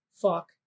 Fuck